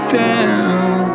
down